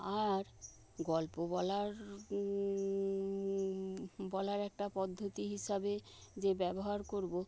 আর গল্প বলার বলার একটা পদ্ধতি হিসাবে যে ব্যবহার করব